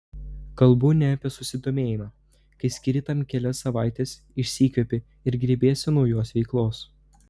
kalbu ne apie susidomėjimą kai skiri tam kelias savaites išsikvepi ir grėbiesi naujos veiklos